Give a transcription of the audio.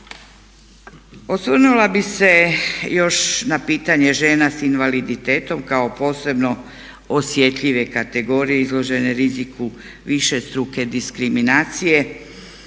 Osvrnula bih se još na pitanje žena s invaliditetom kao posebno osjetljive kategorije izložene riziku višestruke diskriminacije